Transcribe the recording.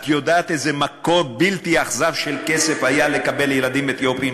את יודעת איזה מקור בלתי אכזב של כסף היה לקבל ילדים אתיופים?